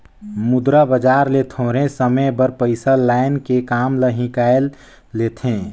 मुद्रा बजार ले थोरहें समे बर पइसा लाएन के काम ल हिंकाएल लेथें